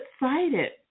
excited